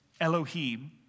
Elohim